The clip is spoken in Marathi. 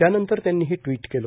त्यानंतर त्यांनी हे ट्वीट केलं